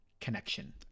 connection